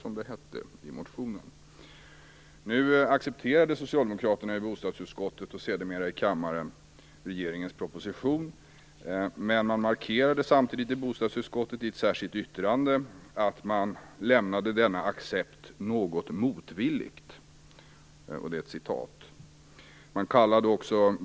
Socialdemokraterna i bostadsutskottet och sedermera i kammaren accepterade regeringens proposition, men i bostadsutskottet markerade man i ett särskilt yttrande att man lämnade denna accept "något motvilligt".